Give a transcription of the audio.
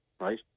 right